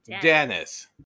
Dennis